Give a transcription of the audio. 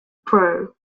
pro